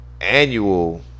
annual